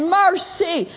mercy